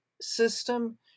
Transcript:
system